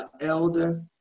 Elder